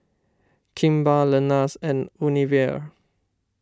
Kimball Lenas and Unilever